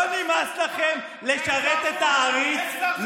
לא נמאס לכם לשרת את העריץ?